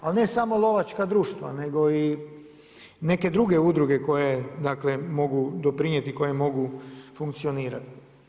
Ali ne samo lovačka društva, nego i neke druge udruge koje, dakle mogu doprinijeti, koje mogu funkcionirati.